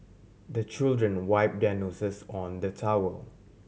the children wipe their noses on the towel